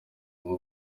ngo